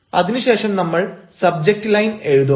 അതിനുശേഷം നമ്മൾ subject line എഴുതും